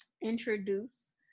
introduce